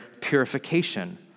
purification